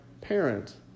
parent